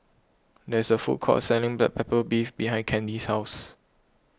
there is a food court selling Black Pepper Beef behind Candi's house